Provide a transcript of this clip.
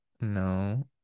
No